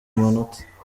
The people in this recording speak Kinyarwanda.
amanota